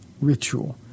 ritual